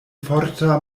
forta